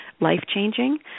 life-changing